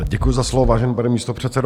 Děkuju za slovo, vážený pane místopředsedo.